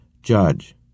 Judge